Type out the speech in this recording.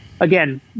again